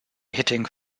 hitting